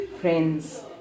friends